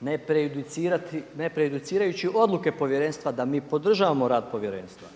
ne prejudicirati odluke povjerenstva da mi podržavamo rad povjerenstva.